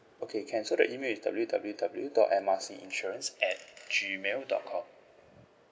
okay can so the email is W W W dot M R C insurance at gmail dot com